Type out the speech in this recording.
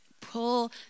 pull